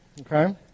Okay